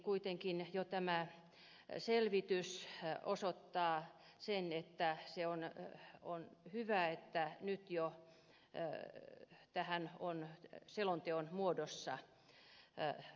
kuitenkin jo tämä selvitys osoittaa sen että on hyvä että nyt jo tähän on selonteon muodossa puututtu